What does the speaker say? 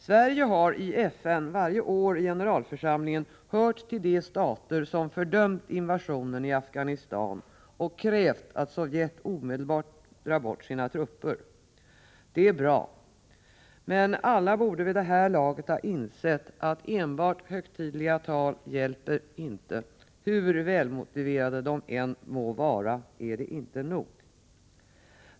Sverige har i FN varje år i generalförsamlingen hört till de stater som fördömt invasionen i Afghanistan och krävt att Sovjet omedelbart drar bort sina trupper. Det är bra, men alla borde vid det här laget ha insett att enbart högtidliga tal inte hjälper. Hur välmotiverade de än må vara är det inte nog.